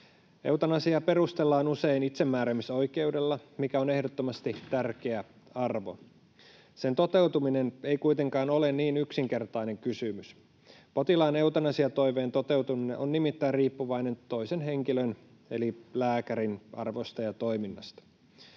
Eutanasiaa perustellaan usein itsemääräämisoikeudella, mikä on ehdottomasti tärkeä arvo. Sen toteutuminen ei kuitenkaan ole niin yksinkertainen kysymys. Potilaan eutanasiatoiveen toteutuminen on nimittäin riippuvainen toisen henkilön eli lääkärin arvoista ja toiminnasta.